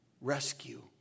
rescue